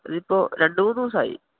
ഇതിപ്പോള് രണ്ടുമൂന്നു ദിവസമായി